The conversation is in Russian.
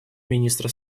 министра